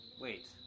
Wait